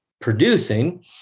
producing